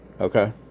Okay